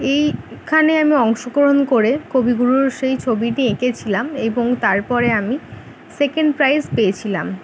এইখানে আমি অংশগ্রহণ করে কবিগুরুর সেই ছবিটি এঁকেছিলাম এবং তারপরে আমি সেকেন্ড প্রাইস পেয়েছিলাম